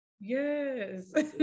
Yes